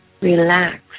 relax